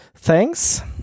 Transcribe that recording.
Thanks